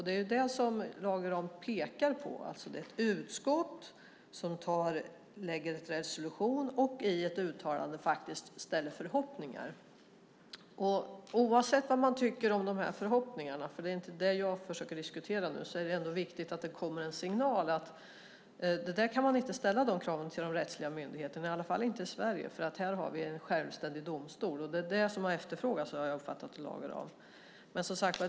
Det är det som Lage Rahm pekar på. Det är ett utskott som lägger fram en resolution och i ett uttalande uttrycker förhoppningar. Oavsett vad man tycker om de här förhoppningarna - det är inte det jag diskuterar nu - är det viktigt att det kommer en signal om att man inte kan ställa de kraven på de rättsliga myndigheterna, i alla fall inte i Sverige eftersom vi har självständiga domstolar här. Jag har uppfattat att det är det som har efterfrågats av Lage Rahm.